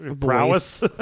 prowess